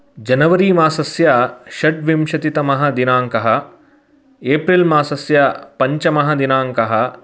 January मासस्य षट्विंशतितमः दिनाङ्कः एप्रिल् मासस्य पञ्चमः दिनाङ्कः